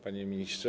Panie Ministrze!